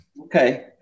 okay